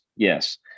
Yes